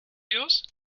yours